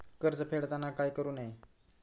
कर्ज फेडताना काय करु नये?